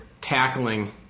tackling